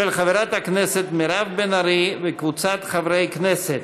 של חברת הכנסת מירב בן ארי וקבוצת חברי הכנסת,